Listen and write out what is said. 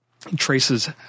traces